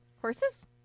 Horses